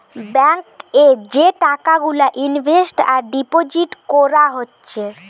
bank এ যে টাকা গুলা ইনভেস্ট আর ডিপোজিট কোরা হচ্ছে